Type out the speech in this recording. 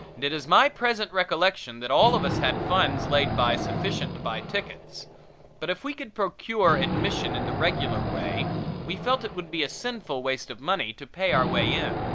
and it is my present recollection that all of us had funds laid by sufficient to buy tickets but if we could procure admission in the regular way we felt it would be a sinful waste of money to pay our way in.